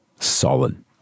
Solid